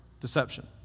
deception